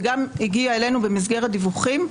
וגם הגיע אלינו במסגרת דיווחים,